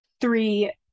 three